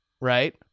right